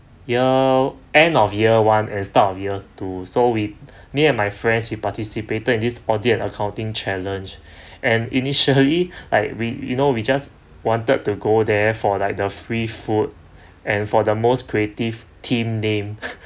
year end of year one and start of year two so we me and my friends we participated in this audit accounting challenge and initially like we know we just wanted to go there for like the free food and for the most creative team name